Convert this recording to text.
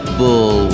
bull